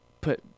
put